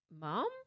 mom